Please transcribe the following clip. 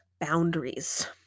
boundaries